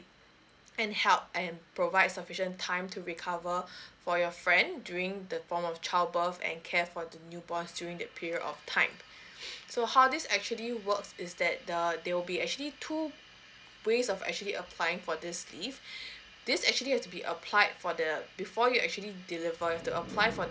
and help and provide sufficient time to recover for your friend during the form of child birth and care for the newborns during that period of time so how this actually works is that err they will be actually two ways of actually applying for this leave this actually have to be applied for the before you actually deliver to apply for the